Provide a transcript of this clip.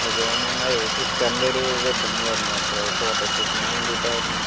okay ഞങ്ങളേ സിസ്റ്ററിൻ്റെ ഒരു വെഡ്ഡിങ്ങ് വരുന്നുണ്ടേ അപ്പോൾ ഫോട്ടോഷൂട്ടിന് വേണ്ടിയിട്ടായിരുന്നു